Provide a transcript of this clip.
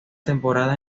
temporada